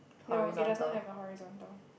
no it does not have a horizontal